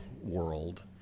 world